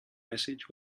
massage